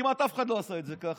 כמעט אף אחד לא עשה את זה ככה,